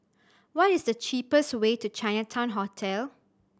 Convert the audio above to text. what is the cheapest way to Chinatown Hotel